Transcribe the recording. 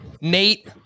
Nate